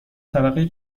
طبقه